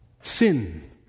Sin